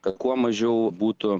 kuo mažiau būtų